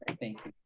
thank you.